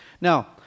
Now